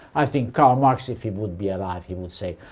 i think karl marx, if he would be alive, he would say,